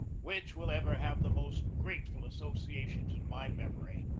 which will ever have the most grateful associations in my memory,